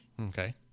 okay